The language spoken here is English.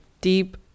deep